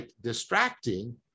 distracting